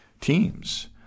teams